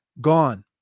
gone